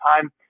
time